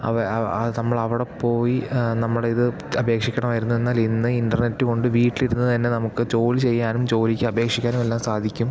അവ അവ ആ നമ്മളവിടെ പോയി ആ നമ്മുടെ ഇത് അപേക്ഷിക്കണമായിരുന്നു എന്നാൽ ഇന്ന് ഇൻറ്റർനെറ്റ് കൊണ്ട് വീട്ടിലിരുന്ന് തന്നേ നമുക്ക് ജോലി ചെയ്യാനും ജോലിക്കപേക്ഷിക്കാനും എല്ലാം സാധിക്കും